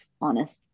honest